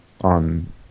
on